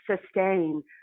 sustain